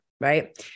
Right